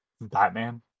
Batman